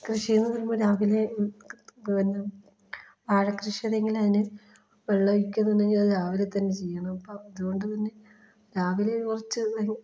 കൃഷീന്ന് പറയുമ്പോൾ രാവിലെ പിന്നെ വാഴ കൃഷിയാണെങ്കിൽ അതിന് വെള്ളമൊഴിക്കുന്നുണ്ടെങ്കിൽ അത് രാവിലെ തന്നെ ചെയ്യണം അപ്പം അതുകൊണ്ട് തന്നെ രാവിലെ കുറച്ച്